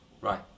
Right